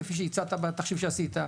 כפי שהצגת בתחשיב שעשית.